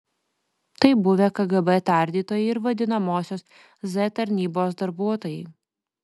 tai buvę kgb tardytojai ir vadinamosios z tarnybos darbuotojai